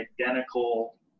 identical